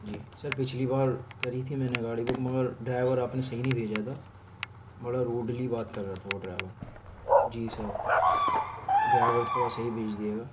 جی sir پچھلی بار کری تھی میں نے گاڑی بک مگر ڈرائیور آپ نے صحیح نہیں بھیجا تھا بڑا روڈلی بات کر رہا تھا وہ ڈرائیور جی سر ڈرائیور تھوڑا صحیح بھیج دیے گا